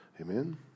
Amen